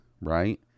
right